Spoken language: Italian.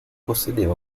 possedeva